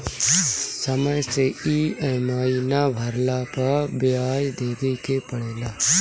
समय से इ.एम.आई ना भरला पअ बियाज देवे के पड़ेला